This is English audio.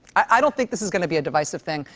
i don't think this is going to be a divisive thing.